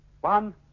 One